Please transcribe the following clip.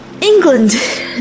England